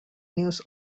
news